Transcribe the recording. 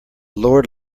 lord